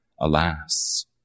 alas